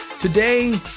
Today